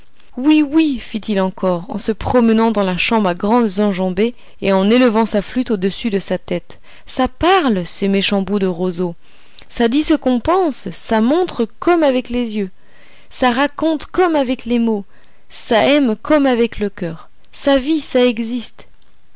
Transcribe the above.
oui oui fit-il encore en se promenant dans la chambre à grandes enjambées et en élevant sa flûte au-dessus de sa tête ça parle ce méchant bout de roseau ça dit ce qu'on pense ça montre comme avec les yeux ça raconte comme avec les mots ça aime comme avec le coeur ça vit ça existe